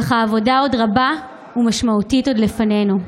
אך עבודה רבה ומשמעותית עוד לפנינו.